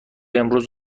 امروز